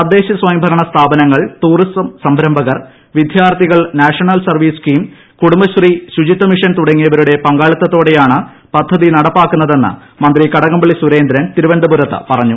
തദ്ദേശസ്വയംഭരണ സ്ഥാപനങ്ങൾ ടൂറിസം സംരംഭകർ വിദ്യാർത്ഥികൾ നാഷണൽ സർവ്വീസ് സ്കീം കുടുംബശ്രീ ശുചിത്വമിഷൻ തുടങ്ങിയവരുടെ പങ്കാളിത്തത്തോടെയാണ് പദ്ധതി നടപ്പാക്കുന്നതെന്ന് മന്ത്രി കടകംപള്ളി സുരേന്ദ്രൻ തിരുവന്തപുരത്ത് പറഞ്ഞു